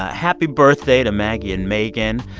happy birthday to maggie and megan.